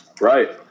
Right